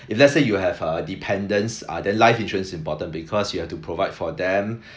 if let's say you have uh dependents uh then life insurance is important because you have to provide for them